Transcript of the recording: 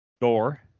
Door